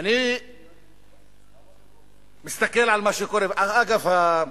אני מסתכל על מה שקורה, אגב,